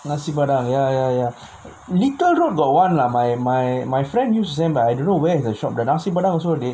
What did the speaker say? nasi padang ya ya ya little road got [one] lah my my my friend went I don't know where the shop the nasi padang also like